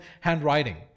handwriting